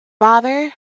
Father